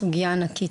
סוגיה ענקית.